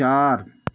चार